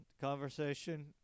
conversation